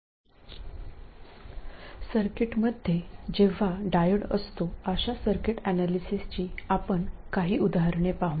जेव्हा आपण सर्किटमध्ये डायोड असतो अशा सर्किट एनालिसिसची काही उदाहरणे पाहू